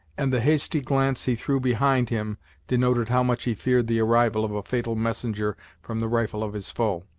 and the hasty glance he threw behind him denoted how much he feared the arrival of a fatal messenger from the rifle of his foe.